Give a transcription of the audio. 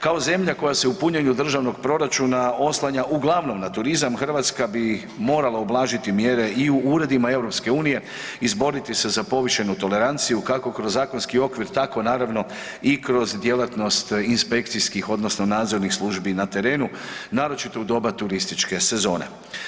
Kao zemlja koja se u punjenju državnog proračuna oslanja uglavnom na turizam, Hrvatska bi morala ublažiti mjere i u uredima EU-a, izboriti se za povišenu toleranciju kako kroz zakonski okvir tako naravno i kroz djelatnost inspekcijskih odnosno nadzornih službi na terenu, naročito u doba turističke sezone.